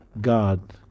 God